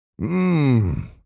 Mmm